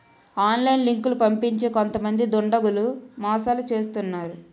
online లింకులు పంపించి కొంతమంది దుండగులు మోసాలు చేస్తున్నారు